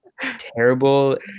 terrible